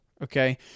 Okay